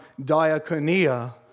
diaconia